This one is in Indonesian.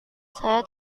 saya